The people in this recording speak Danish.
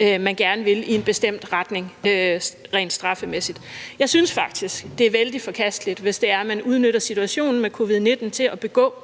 man gerne vil i en bestemt retning rent straffemæssigt. Jeg synes faktisk, det er vældig forkasteligt, hvis man udnytter situationen med covid-19 til at begå